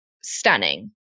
stunning